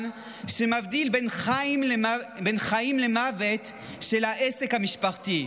שמבדיל בין חיים למוות של העסק המשפחתי.